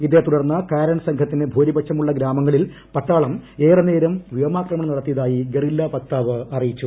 ഇതേത്തുടർന്ന് കാരൻ സംഘത്തിന് ഭൂരിപക്ഷമുള്ള ഗ്രാമങ്ങളിൽ പട്ടാളം ഏറെ നേരം വ്യോമാക്രമണം നടത്തിയതായി ഗറില്ല വക്താവ് അറിയിച്ചു